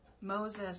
Moses